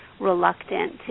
reluctant